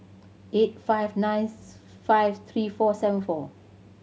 eight five nine five three four seven four